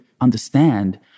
understand